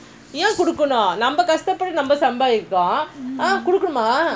ஏன்குடுக்கணும்நம்பகஷ்டப்பட்டுநம்மசம்பாதிப்போம்குடுக்கணுமா:yaen kudukkanum namba kashtapattu namma sambaathippom kudukkanuma